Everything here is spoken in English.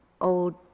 old